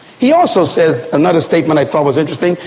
he also says, another statement i thought was interesting,